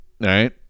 right